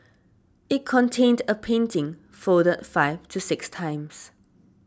it contained a painting folded five to six times